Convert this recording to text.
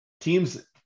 Teams